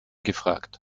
gefragt